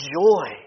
joy